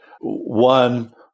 one